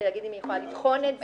כדי להגיד אם היא יכולה לבחון את זה.